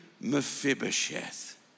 Mephibosheth